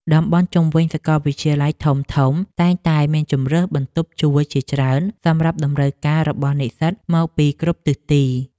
តំបន់ជុំវិញសាកលវិទ្យាល័យធំៗតែងតែមានជម្រើសបន្ទប់ជួលជាច្រើនសម្រាប់តម្រូវការរបស់និស្សិតមកពីគ្រប់ទិសទី។